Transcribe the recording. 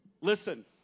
Listen